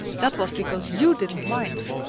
that was because you didn't mind!